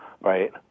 Right